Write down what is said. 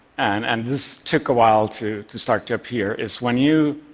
and and this took a while to to start to appear, is when you.